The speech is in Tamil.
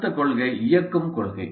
அடுத்த கொள்கை இயக்கும் கொள்கை